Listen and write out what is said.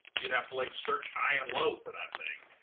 you'd have to like search high and low for that thing.